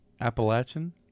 Appalachian